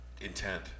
Intent